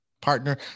partner